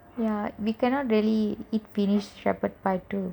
we cannot really eat finish shepards pie too